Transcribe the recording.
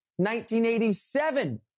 1987